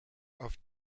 auf